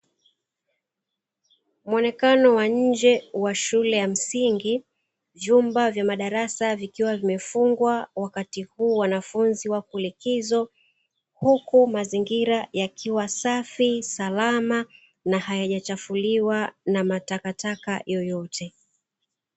Mwonekano wa nje wa shule ya msingi, vyumba vya madarasa vikiwa vimefungwa wakati huo wanafunzi wako likizo, huku mazingira yakiwa safi, salama na hayajachafuliwa na matakataka yoyote.